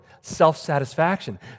self-satisfaction